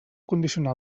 condicionar